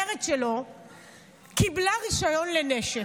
העוזרת שלו קיבלה רישיון לנשק.